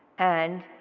and